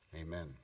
Amen